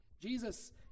Jesus